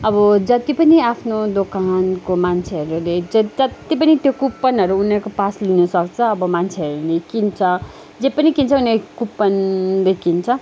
अब जत्ति पनि आफ्नो दोकानको मान्छेहरूले चाहिँ जत्ति पनि त्यो कुपनहरू उनीहरूको पास लिनसक्छ अब मान्छेहरूले किन्छ जे पनि किन्छ उनीहरू कुपनले किन्छ